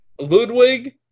Ludwig